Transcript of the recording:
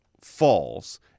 false